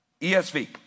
ESV